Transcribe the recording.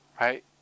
right